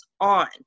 on